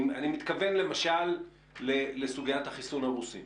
אני מתכוון למשל לסוגית החיסון הרוסי.